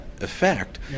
effect